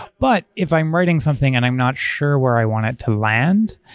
but if i'm writing something and i'm not sure where i wanted to land.